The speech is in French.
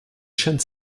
chênes